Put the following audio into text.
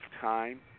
time